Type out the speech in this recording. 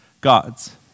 God's